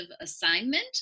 assignment